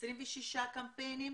26 קמפיינים,